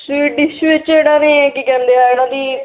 sweet dish ਵਿੱਚ ਇਹਨਾਂ ਨੇ ਕੀ ਕਹਿੰਦੇ ਆ ਇਹਨਾਂ ਦੀ